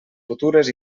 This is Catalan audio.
futures